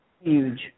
huge